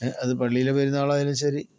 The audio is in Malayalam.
അത് പള്ളിയിലെ പെരുന്നാളായാലും ശരി